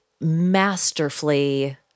masterfully